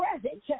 present